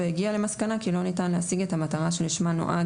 והוא יגיע למסקנה כי לא ניתן להשיג את המטרה שלשמה נועד